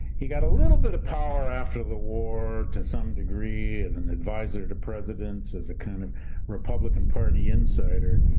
he got a little bit of power after the war to some degree as an advisor to presidents as the kind of republican party insider.